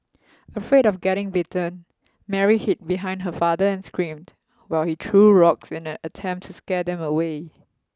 afraid of getting bitten Mary hid behind her father and screamed while he threw rocks in an attempt to scare them away